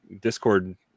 Discord